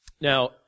Now